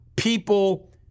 People